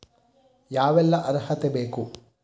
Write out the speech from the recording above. ಯಾವೆಲ್ಲ ಅರ್ಹತೆ ಬೇಕು?